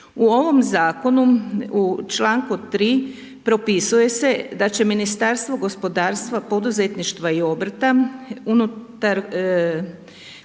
U ovom zakonu u čl. 3 propisuje se da će Ministarstvo gospodarstva, poduzetništva i obrta unutar